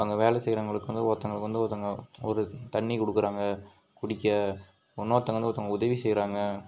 அங்கே வேலை செய்யிறவங்களுக்கு வந்து ஒருத்தவங்களுக்கு வந்து ஒருத்தவங்க ஒரு தண்ணீர் கொடுக்குறாங்க குடிக்க இன்னொருத்தவங்க வந்து ஒருத்தவங்க உதவி செய்கிறாங்க